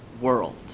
world